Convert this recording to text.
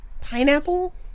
Pineapple